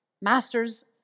Masters